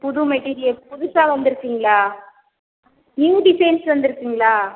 புது மெட்டீரியல்ஸ் புதுசாக வந்திருக்குங்களா நியூ டிசைன்ஸ் வந்திருக்குங்களா